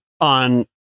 on